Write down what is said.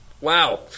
wow